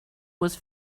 was